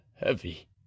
heavy